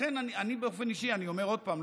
לכן אני באופן אישי אומר עוד פעם,